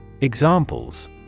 Examples